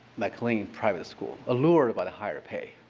mclean private schools, allured by the higher pay.